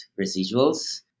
residuals